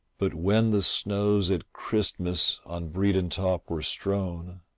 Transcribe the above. but when the snows at christmas on bredon top were strown,